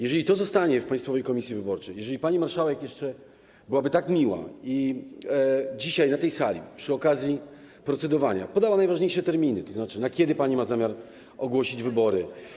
Jeżeli to zostanie w Państwowej Komisji Wyborczej i jeżeli jeszcze pani marszałek będzie tak miła i dzisiaj na tej sali przy okazji procedowania poda najważniejsze terminy, tzn. na kiedy ma zamiar ogłosić wybory.